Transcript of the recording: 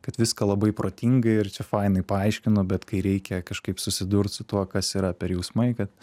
kad viską labai protingai ir čia fainai paaiškinu bet kai reikia kažkaip susidurt su tuo kas yra per jausmai kad